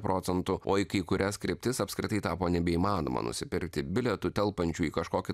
procentų o į kai kurias kryptis apskritai tapo nebeįmanoma nusipirkti bilietų telpančių į kažkokį